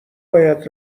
باید